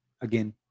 again